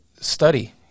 study